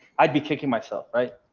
i'd be kicking myself, right?